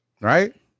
right